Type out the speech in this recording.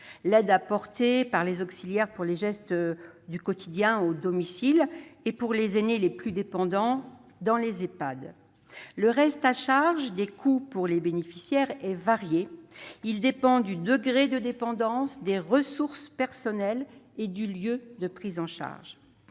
l'aide apportée par les auxiliaires pour les gestes du quotidien au domicile et, pour les aînés les plus dépendants, dans les Ehpad. Le reste à charge des coûts pour les bénéficiaires est varié. Il dépend du degré de dépendance, des ressources personnelles et du lieu de prise en charge.